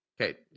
Okay